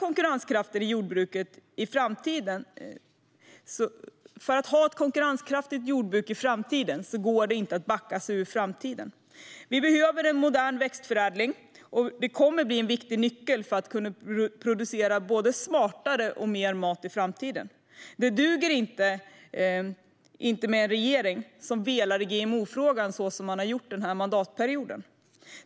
Om jordbruket ska vara konkurrenskraftigt framöver går det inte att backa sig ut ur framtiden. Vi behöver en modern växtförädling, vilket kommer att bli en viktig nyckel för att kunna producera både smartare mat och mer mat i framtiden. Det duger inte med en regering som velar i GMO-frågan så som man har gjort under denna mandatperiod.